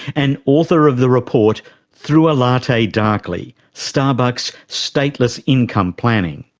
and author of the report through a latte, darkly starbucks's stateless income planning'.